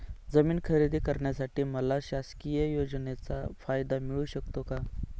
जमीन खरेदी करण्यासाठी मला शासकीय योजनेचा फायदा मिळू शकतो का?